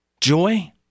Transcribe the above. Joy